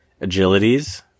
Agilities